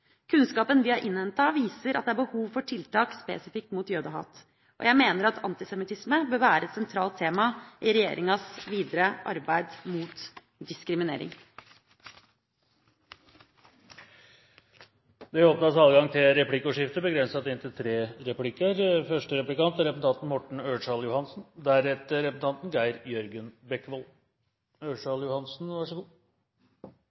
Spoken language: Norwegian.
Kunnskapen vi har innhentet, viser at det er behov for tiltak spesifikt mot jødehat. Jeg mener at antisemittisme bør være et sentralt tema i regjeringas videre arbeid mot diskriminering. Det blir replikkordskifte. Jeg er glad for det siste statsråden sa om at antisemittisme vil være en viktig del av arbeidet til